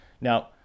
Now